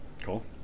Cool